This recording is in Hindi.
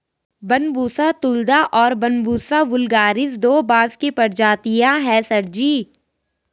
बंबूसा तुलदा और बंबूसा वुल्गारिस दो बांस की प्रजातियां हैं सर जी